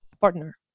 partner